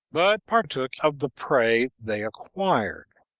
but partook of the prey they acquired.